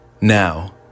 Now